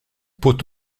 pot